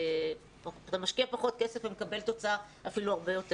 אתה משקיע פחות כסף ומקבל תוצאה טובה